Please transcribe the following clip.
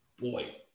boy